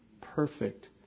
perfect